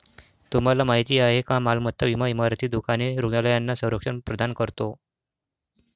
तुम्हाला माहिती आहे का मालमत्ता विमा इमारती, दुकाने, रुग्णालयांना संरक्षण प्रदान करतो